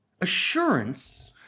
assurance